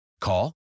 Call